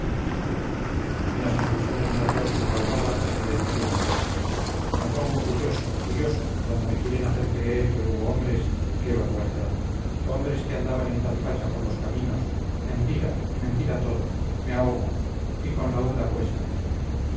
en las convulsiones de la tos que le ahogaba seguía diciendo me pongo furioso furioso cuando me quieren hacer creer que hubo hombres qué barbaridad hombres que andaban en tal facha por los caminos mentira mentira todo me ahogo y con laúd a cuestas